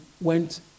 went